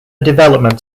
development